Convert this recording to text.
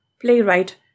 Playwright